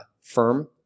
firm